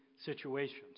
situations